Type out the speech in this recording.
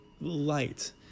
light